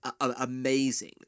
amazing